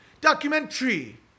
documentary